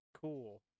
Cool